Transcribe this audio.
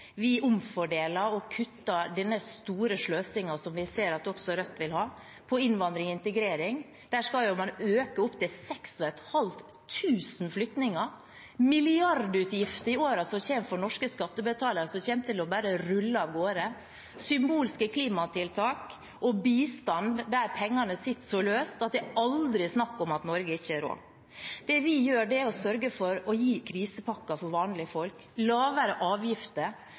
Vi omfordeler og kutter denne store sløsingen, som vi ser at også Rødt vil ha, på innvandring og integrering. Der skal man øke opp til 6 500 flyktninger. Det er milliardutgifter i årene som kommer for norske skattebetalere – utgifter som kommer til bare å rulle av gårde – symbolske klimatiltak og bistand, der pengene sitter så løst at det aldri er snakk om at Norge ikke har råd. Det vi gjør, er å sørge for å gi krisepakker for vanlige folk, lavere avgifter,